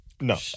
No